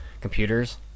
computers